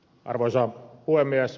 arvoisa puhemies